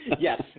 Yes